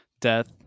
death